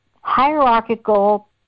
hierarchical